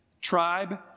Tribe